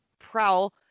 Prowl